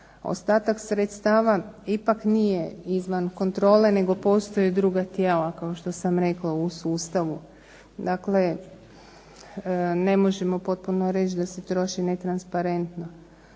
Ostatak sredstava ipak nije izvan kontrole nego postoje druga tijela, kao što sam rekla, u sustavu. Dakle, ne možemo potpuno reći da se troši netransparentno.